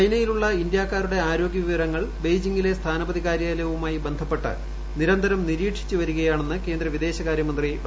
ചൈനയിലുള്ള ഇന്ത്യാക്കാരുടെ ആരോഗൃ വിവരങ്ങൾ ബെയ്ജിങ്ങിലെ സ്ഥാനപതി കാര്യാലയവുമായി ബന്ധപ്പെട്ട് നിരന്തരം പ്പന്റിര്യീക്ഷിച്ചു വരികയാണെന്ന് കേന്ദ്ര വിദേശകാര്യമന്ത്രി ഡോ